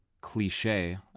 cliche